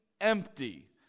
empty